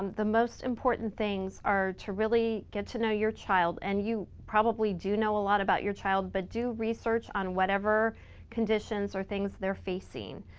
the most important things are to really get to know your child and you probably do know a lot about your child but do research on whatever conditions or things they're facing.